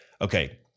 Okay